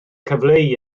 cyfleu